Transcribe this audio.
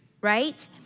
right